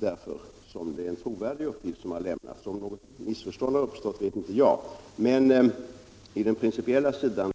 den uppgift som lämnats förefaller trovärdig. Om något missförstånd har uppstått vet inte jag. Principiellt vill jag bara vidhålla vad jag sagt.